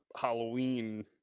Halloween